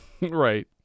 Right